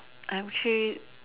I am actually